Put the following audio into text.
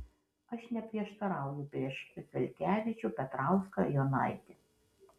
aš neprieštarauju prieš zelkevičių petrauską jonaitį